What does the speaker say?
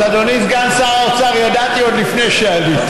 אז, אדוני, סגן שר האוצר, ידעתי עוד לפני שעלית.